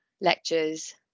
lectures